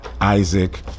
Isaac